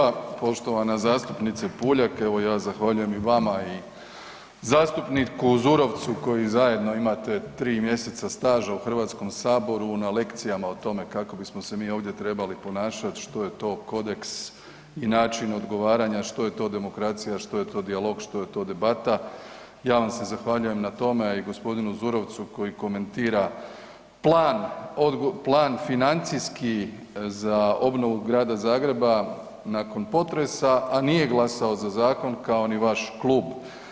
Hvala vam lijepa poštovana zastupnice Puljak, evo ja zahvaljujem i vama i zastupniku Zurovcu koji zajedno imate 3 mjeseca staža u HS na lekcijama o tome kako bismo se mi ovdje trebali ponašat, što je to kodeks i način odgovaranja što je to demokracija, što je to dijalog, što je to debata, ja vam se zahvaljujem na tome, a i g. Zurovcu koji komentira plan, plan financijski za obnovu Grada Zagreba nakon potresa, a nije glasao za zakon kao ni vaš klub.